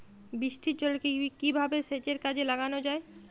বৃষ্টির জলকে কিভাবে সেচের কাজে লাগানো য়ায়?